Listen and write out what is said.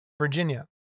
Virginia